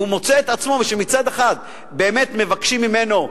והוא מוצא את עצמו, כשמצד אחד באמת מבקשים ממנו,